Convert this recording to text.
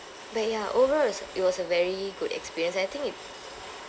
but ya overall it was it was a very good experience and I think it